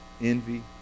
envy